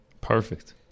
Perfect